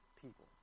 people